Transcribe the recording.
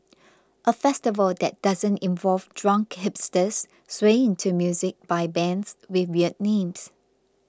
a festival that doesn't involve drunk hipsters swaying to music by bands with weird names